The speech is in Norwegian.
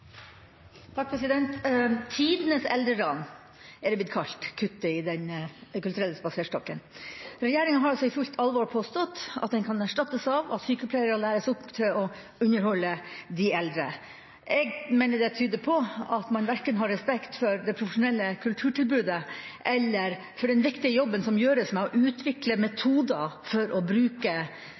kuttet i Den kulturelle spaserstokken blitt kalt. Regjeringa har altså i fullt alvor påstått at det kan erstattes av at sykepleiere læres opp til å underholde de eldre. Jeg mener det tyder på at man verken har respekt for det profesjonelle kulturtilbudet eller for den viktige jobben som gjøres med å utvikle metoder for å bruke